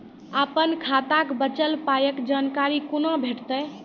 अपन खाताक बचल पायक जानकारी कूना भेटतै?